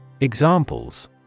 Examples